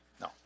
No